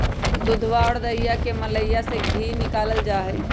दूधवा और दहीया के मलईया से धी निकाल्ल जाहई